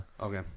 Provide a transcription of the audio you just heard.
Okay